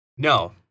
No